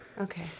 Okay